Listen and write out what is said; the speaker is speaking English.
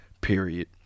period